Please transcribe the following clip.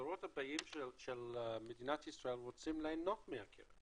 הדורות הבאים של מדינת ישראל רוצים ליהנות מהקרן